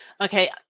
Okay